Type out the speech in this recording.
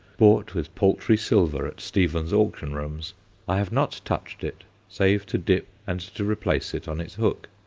bought with paltry silver at stevens' auction rooms i have not touched it save to dip and to replace it on its hook.